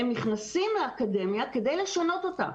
הם נכנסים לאקדמיה כדי לשנות אותה.